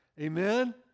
Amen